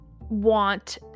want